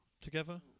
together